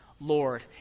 Lord